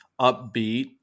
upbeat